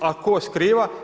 A tko skriva?